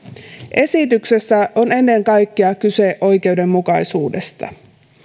esityksessä on ennen kaikkea kyse oikeudenmukaisuudesta